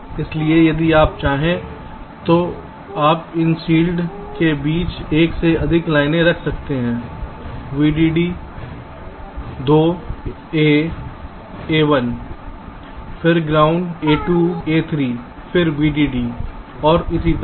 इसलिए यदि आप चाहें तो आप इन शील्ड के बीच एक से अधिक लाइनें रख सकते हैं VDD फिर 2 a a 1 फिर ग्राउंड फिर a 2 a 3 फिर VDD और इसी तरह